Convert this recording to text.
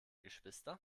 geschwister